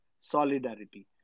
solidarity